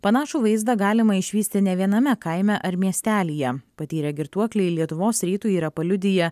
panašų vaizdą galima išvysti ne viename kaime ar miestelyje patyrę girtuokliai lietuvos rytui yra paliudiję